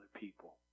people